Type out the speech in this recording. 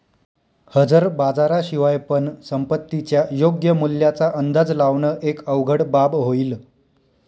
हजर बाजारा शिवाय पण संपत्तीच्या योग्य मूल्याचा अंदाज लावण एक अवघड बाब होईल